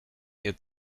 ihr